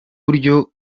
buryo